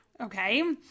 Okay